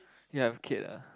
ya have kid ah